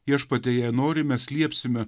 viešpatie jei nori mes liepsime